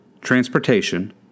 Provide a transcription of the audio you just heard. transportation